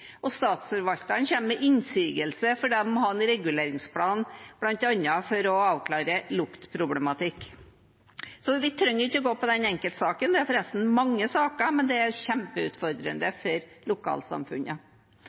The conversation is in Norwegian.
og Statsforvalteren kommer med innsigelse fordi de må ha en reguleringsplan bl.a. for å avklare luktproblematikk. Vi trenger ikke gå på den enkeltsaken, det er forresten mange saker, men det er